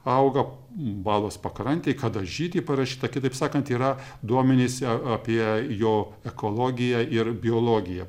auga balos pakrantėj ką žydti parašyta kitaip sakant yra duomenys apie jo ekologiją ir biologiją